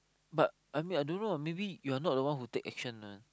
but I mean I don't know maybe you're not the one who take action one